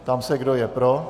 Ptám se, kdo je pro.